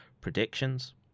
predictions